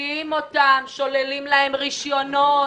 מביאים אותם, שוללים להם רישיונות.